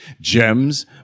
Gems